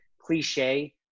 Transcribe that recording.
cliche